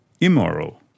immoral